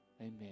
Amen